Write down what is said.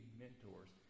mentors